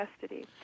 custody